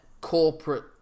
corporate